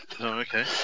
okay